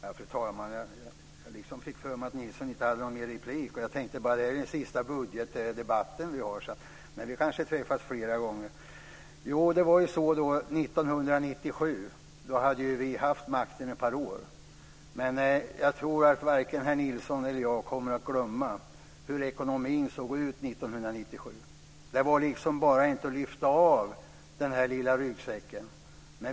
Fru talman! Jag fick för mig att Nilsson inte hade någon mer replik. Jag tänkte att det var den sista budgetdebatten vi hade. Men vi kanske träffas fler gånger. År 1997 hade vi haft makten ett par år. Men jag tror att varken herr Nilsson eller jag kommer att glömma hur ekonomin såg ut 1997. Det var inte bara att lyfta av den lilla ryggsäcken.